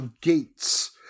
gates